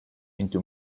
into